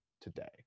today